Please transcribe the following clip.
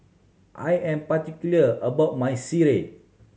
I am particular about my sireh